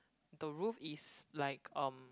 the roof is like um